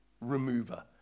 remover